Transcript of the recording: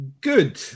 good